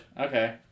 Okay